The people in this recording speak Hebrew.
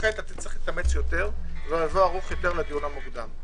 לכן אתה צריך לבוא ערוך יותר לדון המוקדם.